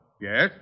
Yes